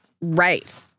Right